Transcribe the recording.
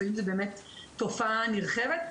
לפעמים זו באמת תופעה נרחבת.